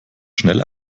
schnell